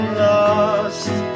lost